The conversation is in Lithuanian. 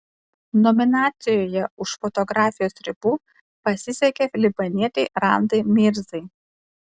nominacijoje už fotografijos ribų pasisekė libanietei randai mirzai